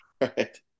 Right